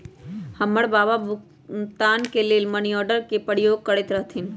हमर बबा भुगतान के लेल मनीआर्डरे के प्रयोग करैत रहथिन